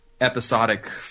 episodic